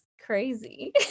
crazy